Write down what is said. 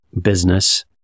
business